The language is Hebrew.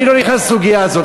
אני לא נכנס לסוגיה הזאת,